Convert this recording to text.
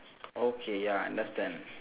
okay ya understand